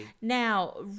Now